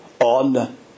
on